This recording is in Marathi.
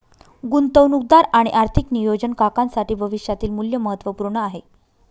गुंतवणूकदार आणि आर्थिक नियोजन काकांसाठी भविष्यातील मूल्य महत्त्वपूर्ण आहे